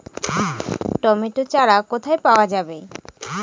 Tomato চারা কোথায় পাওয়া যাবে?